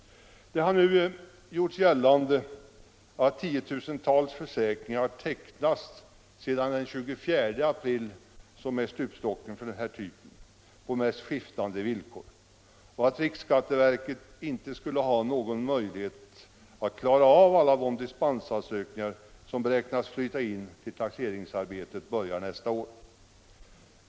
Det har nu gjorts gällande att tiotusentals försäkringar på de mest skiftande villkor har tecknats sedan den 24 april — som enligt propositionen är stupstocken för denna typ av försäkringar — och att riksskatteverket inte skulle ha någon möjlighet att klara av alla de dispensansökningar som beräknas inkomma till dess taxeringsarbetet börjar nästa år.